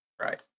Right